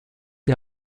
die